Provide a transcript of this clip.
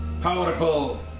powerful